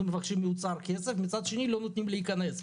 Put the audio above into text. מבקשים מהאוצר כסף' ומצד שני לא נותנים להכנס.